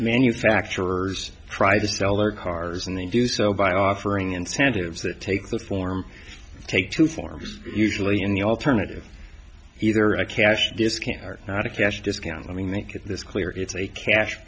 manufacturers try to sell their cars and they do so by offering incentives that take the form take two forms usually in the alternative either a cash discount or not a cash discount let me make this clear it's a cash